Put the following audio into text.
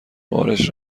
بارش